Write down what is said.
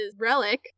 Relic